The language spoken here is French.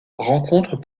rencontre